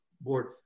board